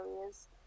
areas